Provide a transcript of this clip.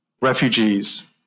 refugees